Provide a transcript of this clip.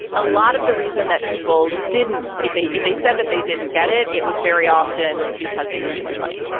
a lot of the reason that people didn't. if they if they said that they didn't get it. it was very often because they made too much money,